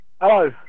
Hello